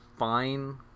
fine